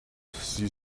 sie